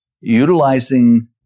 utilizing